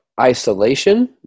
isolation